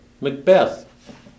Macbeth